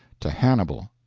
to hannibal,